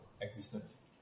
existence